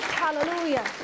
Hallelujah